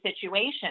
situation